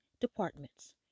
departments